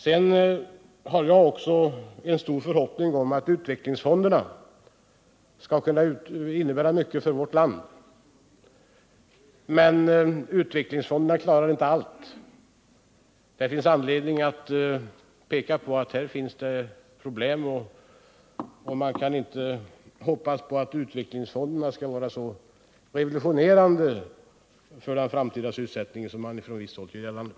Jag har också en stor förhoppning om att utvecklingsfonderna skall kunna innebära mycket för vårt land, men de klarar inte allt. Det finns anledning att peka på att här föreligger problem, och vi kan inte hoppas på att utvecklingsfonderna skall vara så revolutionerande för den framtida sysselsättningen som man från visst håll gör gällande.